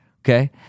okay